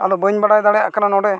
ᱟᱫᱚ ᱵᱟᱹᱧ ᱵᱟᱰᱟᱭ ᱫᱟᱲᱮᱭᱟᱜ ᱠᱟᱱᱟ ᱱᱚᱰᱮ